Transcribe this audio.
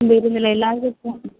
വരുന്നില്ല എല്ലാ ദിവസവും